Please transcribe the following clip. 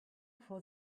for